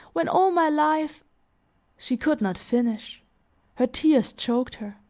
when all my life she could not finish her tears choked her.